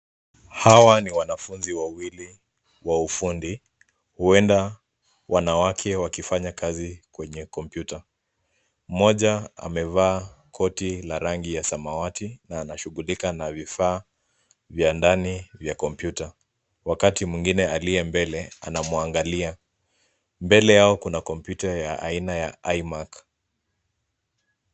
Hawa ni wanafunzi wawili wa ufundi. Huenda wanawake wakifanya kazi kwenye kompyuta. Mmoja amevaa koti la rangi ya samawati na anashughulika na vifaa vya ndani vya kompyuta. Wakati mwingine aliye mbele anamwangalia. Mbele yao kuna kompyuta ya aina ya IMARK.